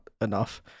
enough